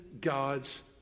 God's